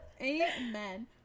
Amen